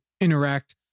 interact